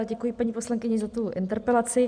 Děkuji paní poslankyni za tu interpelaci.